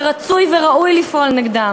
ורצוי וראוי לפעול נגדם.